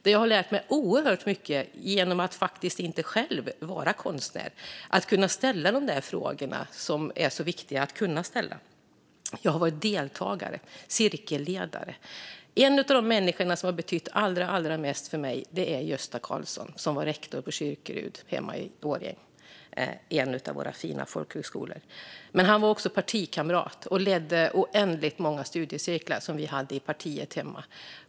Där lärde jag mig oerhört mycket genom att faktiskt inte själv vara konstnär. Jag kunde ställa de där frågorna som är så viktiga att kunna ställa. Jag har varit både deltagare och cirkelledare. En av de människor som har betytt allra mest för mig är Gösta Karlsson som var rektor på Kyrkerud hemma i Årjäng. Det är en av landets fina folkhögskolor. Han var också partikamrat och ledde oändligt många studiecirklar som vi hade i partiet hemma.